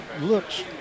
looks